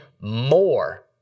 more